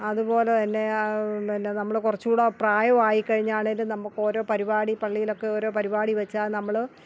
അതുപോലെതന്നെ പിന്നെ നമ്മൾ കുറച്ചും കൂടി പ്രായമായിക്കഴിഞ്ഞാണെങ്കിലും നമുക്കോരൊ പരിപാടി പള്ളിയിലൊക്കെ ഓരോ പരിപാടി വെച്ചാൽ നമ്മൾ